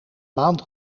maand